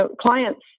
clients